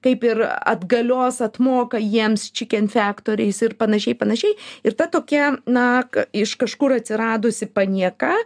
kaip ir atgalios atmoka jiems čiken faktoriais ir panašiai ir panašiai ir ta tokia na iš kažkur atsiradusi panieka